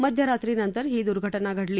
मध्यरात्रीनंतर ही दुर्घाज्ञा घडली